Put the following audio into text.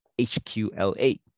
HQLA